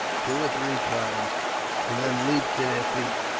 two or three times and then leaped to their feet,